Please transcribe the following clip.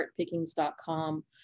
heartpickings.com